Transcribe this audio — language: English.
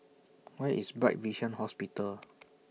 Where IS Bright Vision Hospital